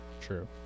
True